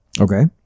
Okay